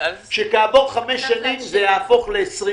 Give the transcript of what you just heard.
שכעבור חמש שנים זה יהפוך ל-24.